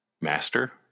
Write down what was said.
master